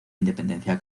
independencia